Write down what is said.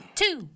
two